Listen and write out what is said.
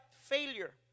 failure